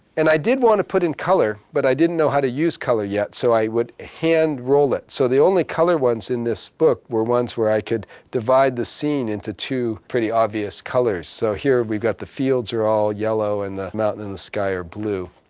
and i did want to put in color, but i didn't know how to use color yet, so i would hand roll it. so the only color ones in this book were ones where i could divide the scene into two pretty obvious colors. so here we've got the fields are all yellow and the mountain and the sky are blue.